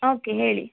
okay ಹೇಳಿ